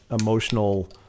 emotional